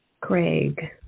craig